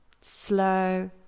slow